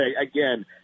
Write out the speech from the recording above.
again